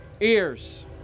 ears